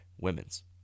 womens